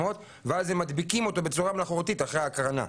ואז הם מדביקים אותו בצורה מלאכותית אחרי הקרנה.